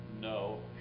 no